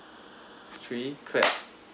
three clap